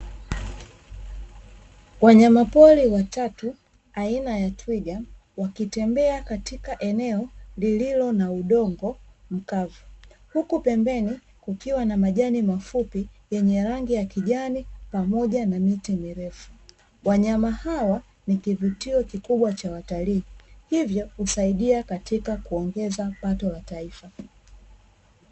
Wanyamapori watatu aina ya twiga wakitembea katika eneo lililo na udongo mkavu, huku pembeni kukiwa na majani mafupi yenye rangi ya kijani, pamoja na miti mirefu. Wanyama hawa ni kivutio kikubwa cha watalii, hivyo husaidia katika kuongeza pato la taifa.